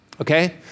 okay